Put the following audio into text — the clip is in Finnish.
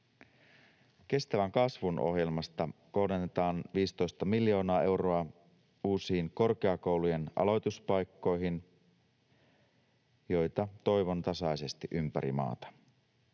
Kestävän kasvun ohjelmasta kohdennetaan 15 miljoonaa euroa uusiin korkeakoulujen aloituspaikkoihin, joita toivon tasaisesti ympäri maata.